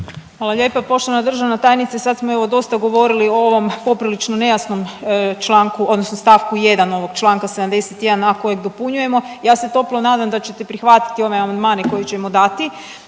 Hvala lijepa. Poštovana državna tajnice sad smo evo dosta govorili o ovom poprilično nejasnom članku odnosno stavku 1. ovog Članka 71a. kojeg dopunjujemo. Ja se toplo nadam da ćete prihvatiti one amandmane koje ćemo dati